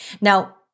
Now